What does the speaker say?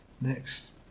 next